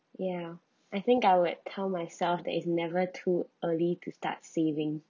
ya I think I would tell myself that it's never too early to start saving